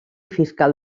fiscal